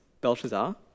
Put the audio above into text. Belshazzar